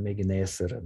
mėginiais ir